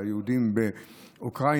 על היהודים באוקראינה,